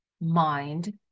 mind